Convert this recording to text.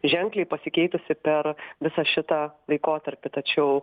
ženkliai pasikeitusi per visą šitą laikotarpį tačiau